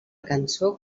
cançó